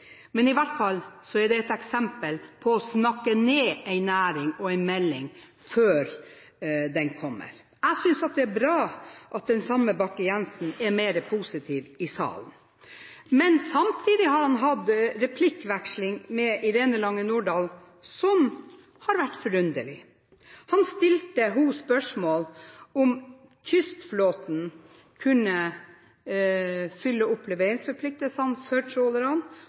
men det er i hvert fall et eksempel på å snakke ned en næring og en melding – før den kommer. Jeg synes det er bra at den samme Bakke-Jensen er mer positiv i salen, men han har hatt en replikkveksling med Irene Lange Nordahl som har vært forunderlig. Han stilte henne spørsmål om kystflåten kunne få en del av leveringsforpliktelsene for trålerne,